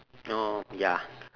no ya